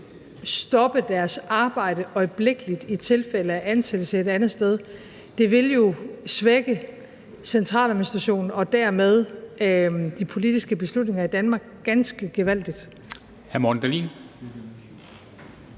stoppe deres arbejde øjeblikkeligt i tilfælde af ansættelse et andet sted? Det ville jo svække centraladministrationen og dermed de politiske beslutninger i Danmark ganske gevaldigt.